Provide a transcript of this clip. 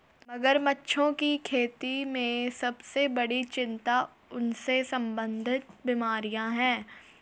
मगरमच्छों की खेती में सबसे बड़ी चिंता उनसे संबंधित बीमारियां हैं?